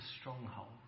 stronghold